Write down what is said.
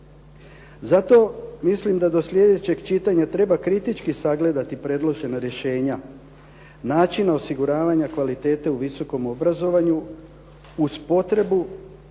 Zato mislim da do sljedećeg čitanja treba kritički sagledati predložena rješenja, načine osiguravanja kvalitete u visokom obrazovanju uz potrebu